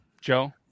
Joe